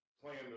playing